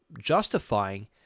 justifying